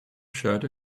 shirt